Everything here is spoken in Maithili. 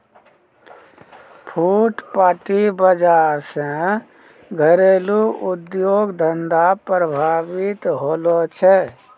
फुटपाटी बाजार से घरेलू उद्योग धंधा प्रभावित होलो छै